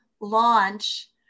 launch